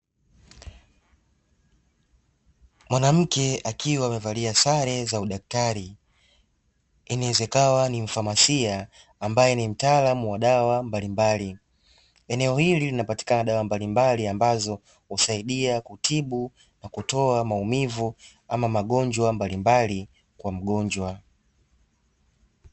Mwanamke akiwa amevalia sare za udaktari. Inaweza ikawa ni mfamasia ambaye ni mtaalamu wa dawa mbalimbali eneo hili linapatikana dawa mbalimbali, ambazo husaidia kutibu na kutoa maumivu ama magonjwa mbalimbali kwa mgonjwa.